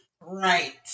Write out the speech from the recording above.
right